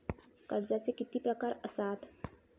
कर्जाचे किती प्रकार असात?